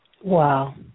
Wow